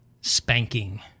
spanking